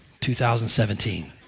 2017